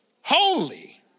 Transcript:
holy